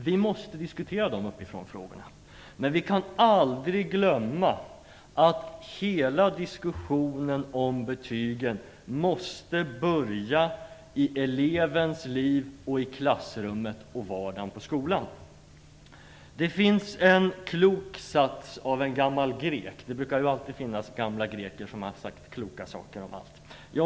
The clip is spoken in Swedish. Vi måste diskutera de "uppifrånfrågorna", men vi kan aldrig glömma att hela diskussionen om betygen måste börja i elevens liv, i klassrummet och i vardagen på skolan. Det finns en klok sats av en gammal grek - det brukar alltid finnas gamla greker som har sagt kloka saker om allt.